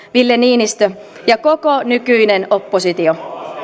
niinistö ja koko nykyinen oppositio